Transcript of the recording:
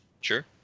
Sure